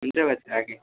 हुन्छ बाजे राखेँ